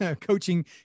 coaching